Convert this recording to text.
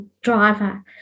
driver